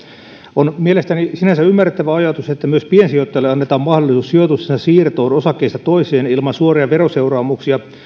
on mielestäni sinänsä ymmärrettävä ajatus että myös piensijoittajalle annetaan mahdollisuus sijoitustensa siirtoon osakkeista toiseen ilman suoria veroseuraamuksia